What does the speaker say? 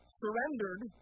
surrendered